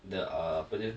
the uh apa tu